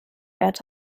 wert